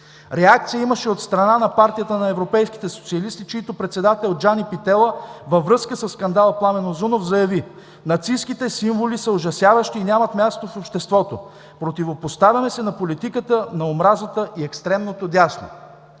Реакция имаше и от страна на Партията на европейските социалисти, чийто председател Джани Питела във връзка със скандала Пламен Узунов заяви: „Нацистките символи са ужасяващи и нямат място в обществото! Противопоставяме се на политиката на омразата и екстремното дясно“.